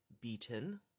beaten